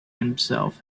himself